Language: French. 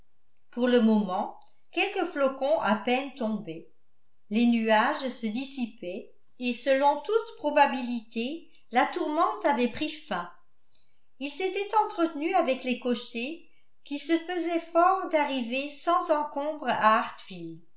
pour le moment quelques flocons à peine tombaient les nuages se dissipaient et selon toute probabilité la tourmente avait pris fin il s'était entretenu avec les cochers qui se faisaient forts d'arriver sans encombre à